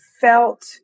felt